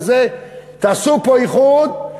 תעשו פה איחוד,